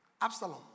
Absalom